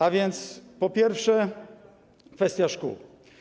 A więc, po pierwsze, kwestia szkół.